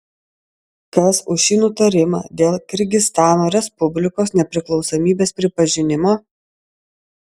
kas už šį nutarimą dėl kirgizstano respublikos nepriklausomybės pripažinimo